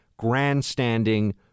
grandstanding